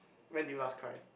when did you last cry